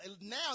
now